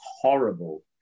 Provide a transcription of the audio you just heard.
horrible